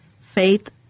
faith